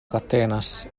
katenas